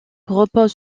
repose